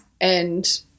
And-